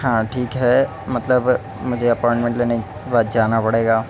ہاں ٹھیک ہے مطلب مجھے اپوائنمنٹ لینے کے بعد جانا پڑے گا